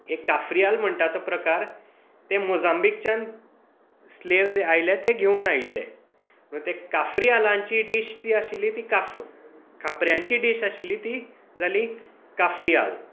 एक काफ्रियाल म्हणटा तो प्रकार ते मोजांबीकच्यान स्लेवज आयिल्ले ते घेवन आयिल्ले म्हळ्यार ते काफ्रियालांची डीश जी आशिल्ली ती काफ्र खापऱ्यांची डीश आशिल्ली ती जाली काफ्रियाल